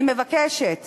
אני מבקשת